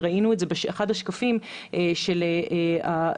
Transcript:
וראינו את זה באחד השקפים של האחוזים